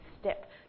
step